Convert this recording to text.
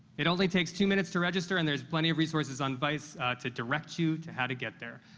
it only takes two minutes to register, and there's plenty of resources on vice to direct you to how to get there.